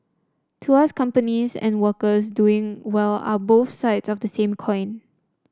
to us companies and workers doing well are both sides of the same coin